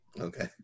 okay